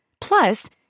Plus